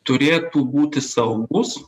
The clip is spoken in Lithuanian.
turėtų būti saugūs